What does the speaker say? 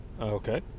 Okay